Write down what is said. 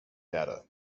data